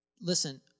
Listen